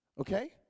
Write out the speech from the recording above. okay